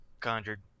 Conjured